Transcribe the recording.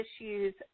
issues